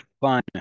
fun